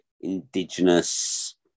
indigenous